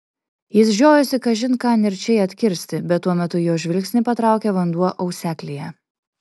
jis žiojosi kažin ką nirčiai atkirsti bet tuo metu jo žvilgsnį patraukė vanduo auseklyje